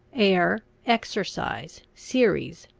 air, exercise, series,